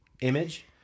image